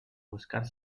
buscar